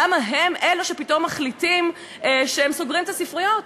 למה הם אלה שפתאום מחליטים שהם סוגרים את הספריות?